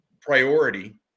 priority